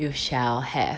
you shall have